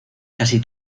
casi